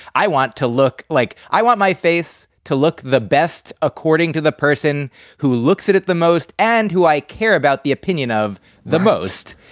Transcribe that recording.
i want to look like i want my face to look the best. according to the person who looks at it the most and who i care about the opinion of the most.